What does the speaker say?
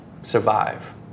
survive